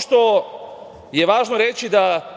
što je važno reći,